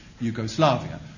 Yugoslavia